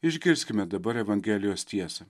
išgirskime dabar evangelijos tiesą